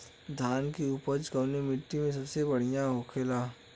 धान की उपज कवने मिट्टी में सबसे बढ़ियां होखेला?